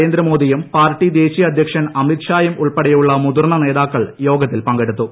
നരേന്ദ്രമോദിയും പാ്ർട്ടിം ദേശീയ അധ്യക്ഷൻ അമിത്ഷായും ഉൾപ്പെടെയുള്ള മുതിർന്ന നേതാക്കൾ യോഗത്തിൽ പങ്കെടുത്തു